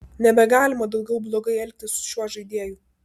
nebegalima daugiau blogai elgtis su šiuo žaidėju